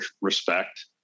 respect